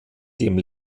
dem